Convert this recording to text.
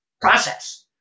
process